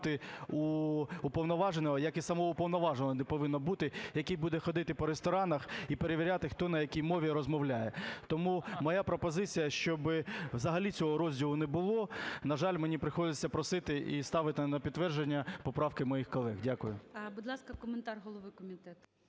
уповноваженого, як і самого уповноваженого не повинно бути, який буде ходити по ресторанах і перевіряти, хто на якій мові розмовляє. Тому моя пропозиція - щоби взагалі цього розділу не було. На жаль, мені приходиться просити і ставити на підтвердження поправки моїх колег. Дякую.